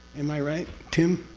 am i right tim?